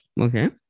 Okay